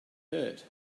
hurt